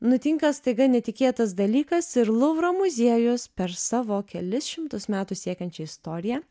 nutinka staiga netikėtas dalykas ir luvro muziejus per savo kelis šimtus metų siekiančią istoriją